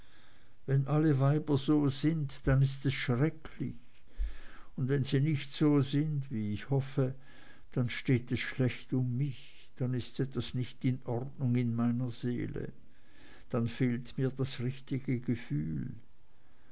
wenn alle weiber so sind dann ist es schrecklich und wenn sie nicht so sind wie ich hoffe dann steht es schlecht um mich dann ist etwas nicht in ordnung in meiner seele dann fehlt mir das richtige gefühl